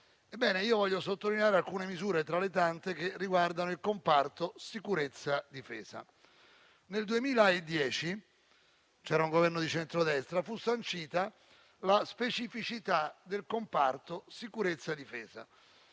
Voglio sottolineare alcune misure, tra le tante, che riguardano il comparto sicurezza e difesa. Nel 2010 - c'era un Governo di centrodestra - fu sancita la specificità del comparto sicurezza e difesa;